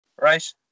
Right